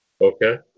Okay